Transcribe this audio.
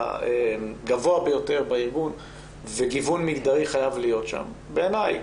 הגבוה ביותר בארגון וגיוון מגדרי חייב להיות שם בעיניי.